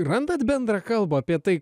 randat bendrą kalbą apie tai